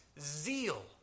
zeal